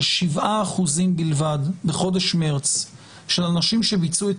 של 7% בלבד בחודש מרץ של אנשים שביצעו את